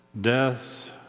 deaths